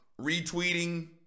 retweeting